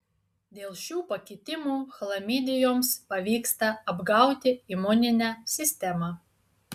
dėl šių pakitimų chlamidijoms pavyksta apgauti imuninę sistemą